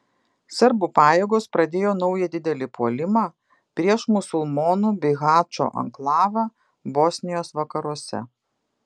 serbų pajėgos pradėjo naują didelį puolimą prieš musulmonų bihačo anklavą bosnijos vakaruose